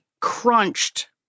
crunched